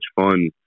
fun